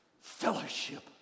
fellowship